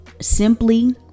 simply